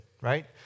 right